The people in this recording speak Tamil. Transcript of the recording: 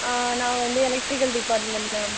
நான் வந்து எலக்ட்ரிக்கல் டிப்பார்ட்மென்ட் மேம்